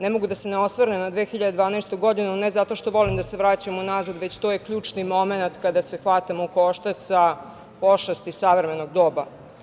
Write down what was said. Ne mogu da se ne osvrnem na 2012. godinu, ne zato što volim da se vraćam unazad, već to je ključni momenat kada se hvatamo u koštac sa pošasti savremenog doba.